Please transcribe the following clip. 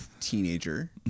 teenager